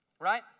Right